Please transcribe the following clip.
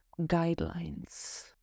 guidelines